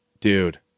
dude